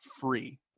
free